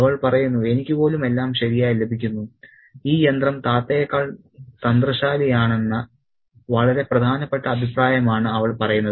അവൾ പറയുന്നു എനിക്ക് പോലും എല്ലാം ശരിയായി ലഭിക്കുന്നു ഈ യന്ത്രം താത്തയേക്കാൾ തന്ത്രശാലിയാണെന്ന വളരെ പ്രധാനപ്പെട്ട അഭിപ്രായമാണ് അവൾ പറയുന്നത്